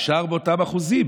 נשאר באותם אחוזים,